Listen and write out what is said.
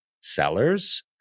sellers